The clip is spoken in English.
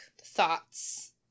thoughts